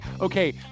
okay